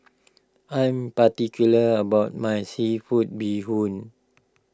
I am particular about my Seafood Bee Hoon